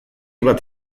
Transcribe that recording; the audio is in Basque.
bat